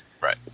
Right